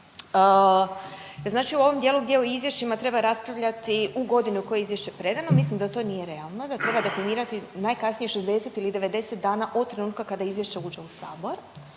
Znači u ovom dijelu gdje u izvješćima treba raspravljati u godini u kojoj je izvješće predano mislim da to nije realno, da treba definirati najkasnije 60 ili 90 dana od trenutka kada izvješće uđe u sabor